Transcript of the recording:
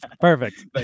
Perfect